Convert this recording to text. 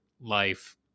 life